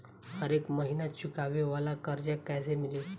हरेक महिना चुकावे वाला कर्जा कैसे मिली?